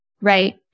Right